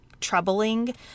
troubling